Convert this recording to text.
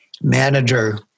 manager